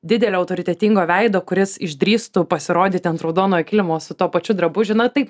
didelio autoritetingo veido kuris išdrįstų pasirodyti ant raudonojo kilimo su tuo pačiu drabužiu na taip